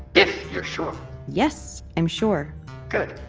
if you're sure yes, i'm sure good.